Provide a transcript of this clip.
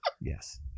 Yes